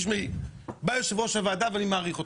בא יושב-ראש הוועדה ואני מעריך אותו,